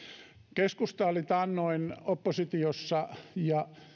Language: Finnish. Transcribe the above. keskusta oli taannoin oppositiossa ja